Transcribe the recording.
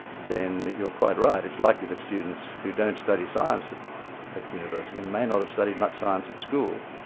then you're quite right, it' likely that students who don't study science at university, and may not have studied much science at school,